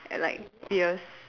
and like fierce